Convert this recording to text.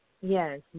Yes